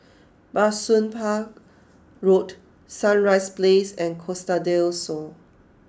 Bah Soon Pah Road Sunrise Place and Costa del Sol